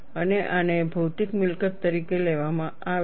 અને આને ભૌતિક મિલકત તરીકે લેવામાં આવે છે